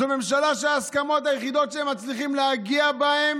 זו ממשלה שההסכמות היחידות שהם מצליחים להגיע אליהן